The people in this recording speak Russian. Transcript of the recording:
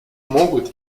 могут